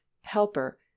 helper